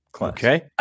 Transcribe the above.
Okay